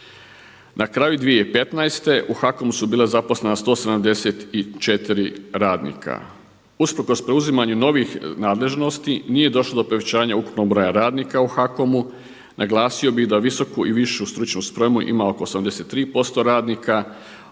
Na kraju 2015. u HAKOM-u su bila zaposlena 174 radnika. Usprkos preuzimanju novih nadležnosti nije došlo do povećanja ukupnog broja radnika u HAKOM-u. naglasio bih da visoku i višu stručnu spremu ima oko 83% radnika,